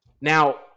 Now